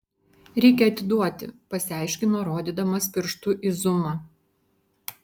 reikia atiduoti pasiaiškino rodydamas pirštu į zumą